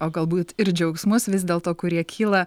o galbūt ir džiaugsmus vis dėlto kurie kyla